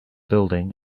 building